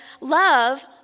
Love